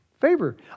Favor